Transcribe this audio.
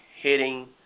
hitting